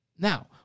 Now